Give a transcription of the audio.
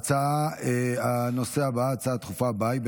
נעבור להצעה הדחופה הבאה לסדר-היום,